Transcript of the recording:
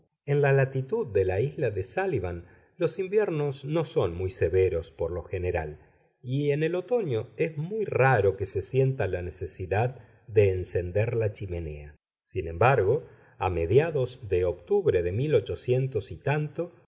en la latitud de la isla de súllivan los inviernos no son muy severos por lo general y en el otoño es muy raro que se sienta la necesidad de encender la chimenea sin embargo a mediados de octubre de ocurrió un